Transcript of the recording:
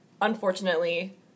Unfortunately